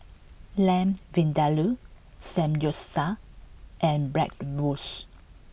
Lamb Vindaloo Samgyeopsal and Bratwurst